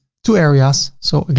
two areas. so again,